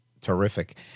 Terrific